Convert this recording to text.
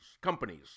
companies